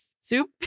soup